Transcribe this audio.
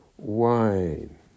wine